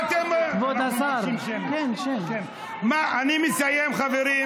מה אתם, כבוד השר, נא לסיים.